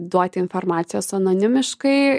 duoti informacijos anonimiškai